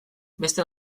beste